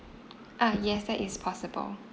ah yes that is possible